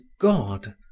God